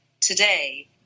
today